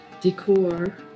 decor